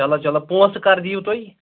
چلو چلو پۄنٛسہِ کر دِیِو تُہی